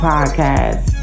Podcast